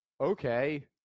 okay